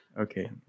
Okay